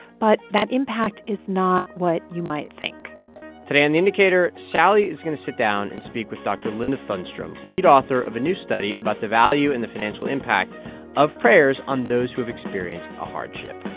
but that impact is not what you might think today on the indicator, sally is going to sit down and speak with dr. linda thunstrom, lead author of a new study about the value and the financial impact of prayers on those who have experienced a hardship.